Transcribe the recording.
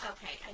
Okay